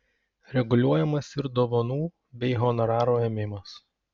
reguliuojamas ir dovanų bei honorarų ėmimas